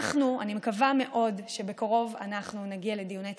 אני מקווה מאוד שבקרוב נגיע לדיוני תקציב,